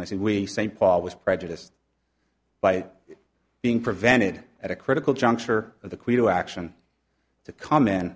i said we st paul was prejudiced by being prevented at a critical juncture of the quito action to kamen